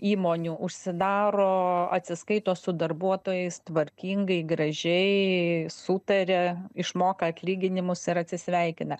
įmonių užsidaro atsiskaito su darbuotojais tvarkingai gražiai sutaria išmoka atlyginimus ir atsisveikina